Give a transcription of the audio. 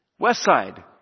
Westside